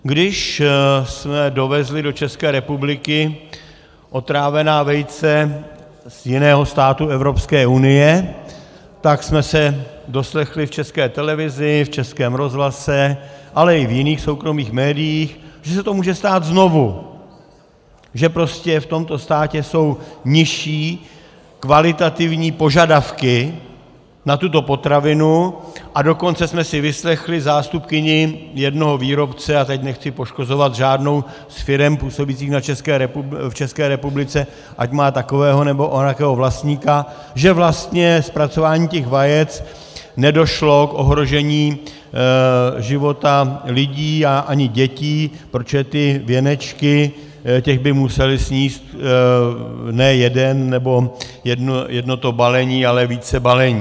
Když jsme dovezli do České republiky otrávená vejce z jiného státu Evropské unie, tak jsme se doslechli v České televizi, v Českém rozhlase, ale i v jiných, soukromých médiích, že se to může stát znovu, že prostě v tomto státě jsou nižší kvalitativní požadavky na tuto potravinu, a dokonce jsme si vyslechli zástupkyni jednoho výrobce a teď nechci poškozovat žádnou z firem působících v České republice, ať má takového, nebo onakého vlastníka že vlastně zpracováním těch vajec nedošlo k ohrožení života lidí a ani dětí, protože těch věnečků by museli sníst ne jeden nebo jedno balení, ale více balení.